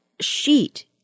sheet